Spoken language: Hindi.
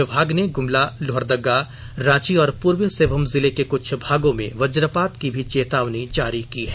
विभाग ने गुमला लोहरदगा रांची और पूर्वी सिंहभूम जिले के कुछ भागों में वज्जपात की भी चेतावनी जारी की है